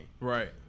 Right